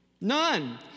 none